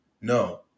No